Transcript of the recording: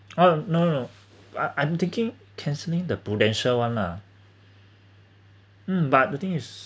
oh no no no I I'm thinking cancelling the Prudential [one] lah mm but the thing is